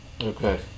Okay